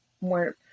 more